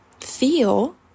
feel